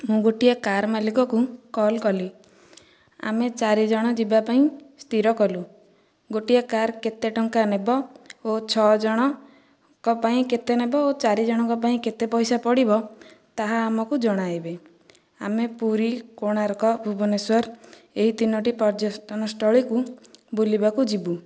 ମୁଁ ଗୋଟିଏ କାର ମାଲିକକୁ କଲ୍ କଲି ଆମେ ଚାରିଜଣ ଯିବାପାଇଁ ସ୍ଥିର କଲୁ ଗୋଟିଏ କାର କେତେ ଟଙ୍କା ନେବ ଓ ଛଅ ଜଣଙ୍କ ପାଇଁ କେତେ ନେବ ଓ ଚାରିଜଣଙ୍କ ପାଇଁ କେତେ ପଇସା ପଡ଼ିବ ତାହା ଆମକୁ ଜଣାଇବେ ଆମେ ପୁରୀ କୋଣାର୍କ ଭୁବନେଶ୍ୱର ଏହି ତିନୋଟି ପର୍ଯ୍ୟଟନ ସ୍ଥଳୀକୁ ବୁଲିବାକୁ ଯିବୁ